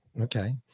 Okay